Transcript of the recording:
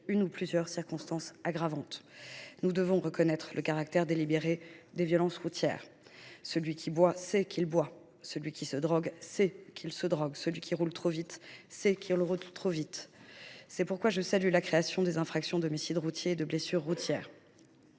une ou plusieurs circonstances aggravantes. Nous devons reconnaître le caractère délibéré des violences routières. Celui qui boit sait qu’il boit. Celui qui se drogue sait qu’il se drogue. Celui qui roule trop vite sait qu’il roule trop vite. C’est pourquoi je salue la création des infractions d’homicide routier et de blessures routières.